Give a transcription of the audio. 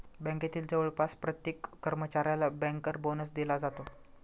बँकेतील जवळपास प्रत्येक कर्मचाऱ्याला बँकर बोनस दिला जातो